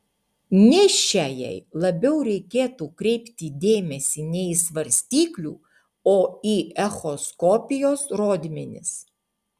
nėščiajai labiau reikėtų kreipti dėmesį ne į svarstyklių o į echoskopijos rodmenis